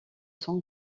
son